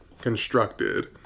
constructed